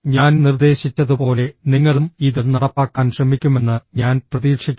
ഞാൻ നിർദ്ദേശിച്ചതുപോലെ നിങ്ങളും ഇത് നടപ്പാക്കാൻ ശ്രമിക്കുമെന്ന് ഞാൻ പ്രതീക്ഷിക്കുന്നു